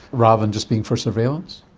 rather than just being for surveillance?